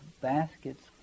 baskets